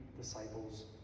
disciples